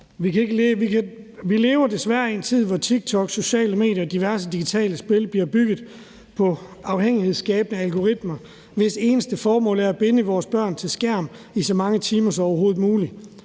Vi lever desværre i en tid, hvor TikTok, sociale medier og diverse digitale spil bliver bygget på afhængighedsskabende algoritmer, hvis eneste formål er at binde vores børn til skærme i så mange timer som overhovedet muligt.